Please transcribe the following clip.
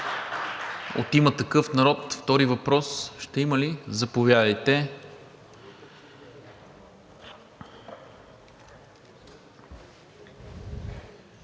От „Има такъв народ“ втори въпрос ще има ли? Заповядайте.